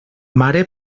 mare